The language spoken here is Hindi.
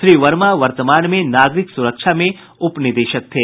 श्री वर्मा वर्तमान में नागरिक सुरक्षा में उप निदेशक थे